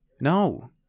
No